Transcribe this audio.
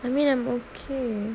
I mean I'm okay